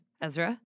Ezra